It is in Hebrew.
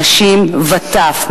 נשים וטף,